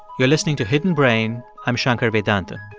you're listening to hidden brain. i'm shankar vedantam.